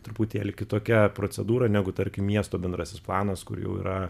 truputėlį kitokia procedūra negu tarkim miesto bendrasis planas kur jau yra